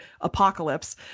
apocalypse